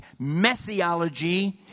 Messiology